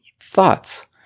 thoughts